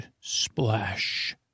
splash